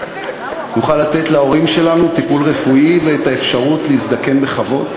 נוכל לתת להורים שלנו טיפול רפואי ואת האפשרות להזדקן בכבוד,